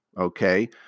okay